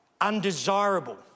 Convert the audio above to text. undesirable